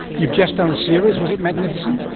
you've just done a series. was it magnificent?